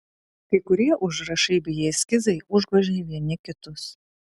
kai kurie užrašai bei eskizai užgožė vieni kitus